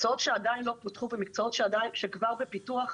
מקצועות שעדיין לא פותחו וכאלה שכבר בפיתוח,